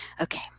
Okay